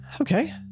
okay